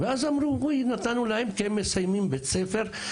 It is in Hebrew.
ואז אמרו: נתנו להם כי הם מסיימים בית-ספר,